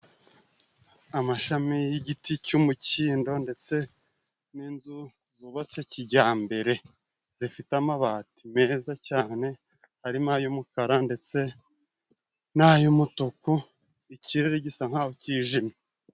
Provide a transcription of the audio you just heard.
Amashami y'igiti cy'umukindo ndetse n'inzu zubatse kijyambere zifite amabati meza cyane arimo: ay'umukara ndetse nay'umutuku, ikirere gisa nkaho kijimye.